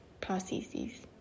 processes